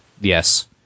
Yes